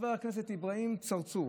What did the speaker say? חבר הכנסת אברהים צרצור